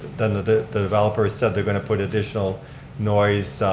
the the the developers said they're going to put additional noise